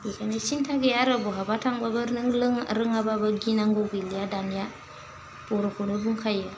बेखायनो सिनथा गैया आरो बहाबा थांबाबो नों लों रोङाबाबो गिनांगौ गैलिया दानिया बर'खौनो बुंखायो